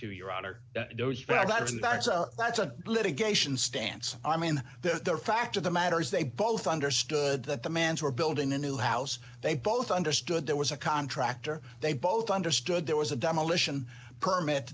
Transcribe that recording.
and that's that's an litigation stance i mean the fact of the matter is they both understood that the man's were building a new house they both understood there was a contractor they both understood there was a demolition permit